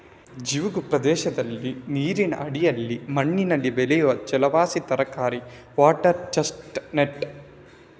ಜವುಗು ಪ್ರದೇಶದಲ್ಲಿ ನೀರಿನ ಅಡಿಯಲ್ಲಿ ಮಣ್ಣಿನಲ್ಲಿ ಬೆಳೆಯುವ ಜಲವಾಸಿ ತರಕಾರಿ ವಾಟರ್ ಚೆಸ್ಟ್ ನಟ್